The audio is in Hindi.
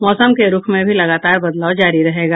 मौसम के रूख में भी लगातार बदलाव जारी रहेगा